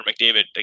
McDavid